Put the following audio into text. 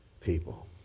people